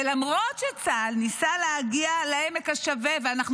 ולמרות שצה"ל ניסה להגיע לעמק השווה עם נציגי החרדים,